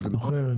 זוכר.